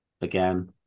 again